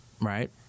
right